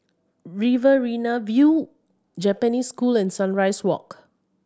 Riverina View Japanese School and Sunrise Walk